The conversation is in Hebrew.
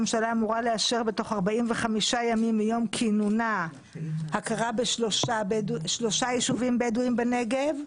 לאשר בתוך 45 ימים מיום כינונה הכרה בשלושה יישובים בדואים בנגב,